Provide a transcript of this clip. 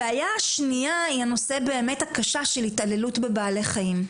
הבעיה השנייה היא הנושא הקשה של התעללות בבעלי חיים.